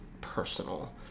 personal